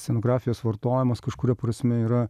scenografijos vartojimas kažkuria prasme yra